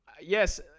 Yes